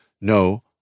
no